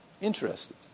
interested